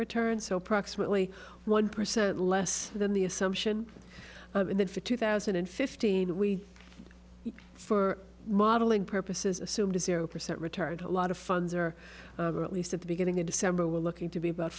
approximately one percent less than the assumption that for two thousand and fifteen we for modeling purposes assumed a zero percent retard a lot of funds or at least at the beginning of december were looking to be about